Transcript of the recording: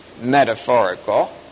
metaphorical